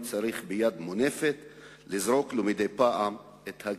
צריך ביד מונפת/ לזרוק לו מדי פעם את הגט..."